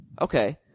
Okay